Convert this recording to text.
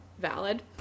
Valid